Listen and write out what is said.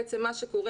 בעצם מה שקורה,